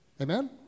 Amen